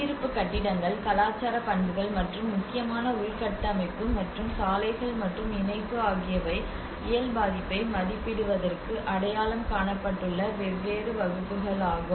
குடியிருப்பு கட்டிடங்கள் கலாச்சார பண்புகள் மற்றும் முக்கியமான உள்கட்டமைப்பு மற்றும் சாலைகள் மற்றும் இணைப்பு ஆகியவை இயல் பாதிப்பை மதிப்பிடுவதற்கு அடையாளம் காணப்பட்டுள்ள வெவ்வேறு வகுப்புகள் ஆகும்